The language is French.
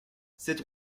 cette